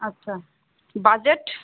আচ্ছা বাজেট